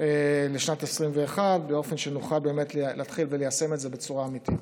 לשנת 2021 באופן שנוכל להתחיל ליישם את זה בצורה אמיתית.